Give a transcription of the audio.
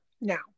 Now